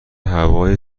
هوای